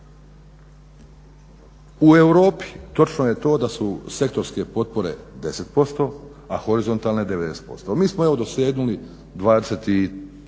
U Europi točno je to da su sektorske potpore 10%, a horizontalne 90%. Mi smo evo dosegnuli 25,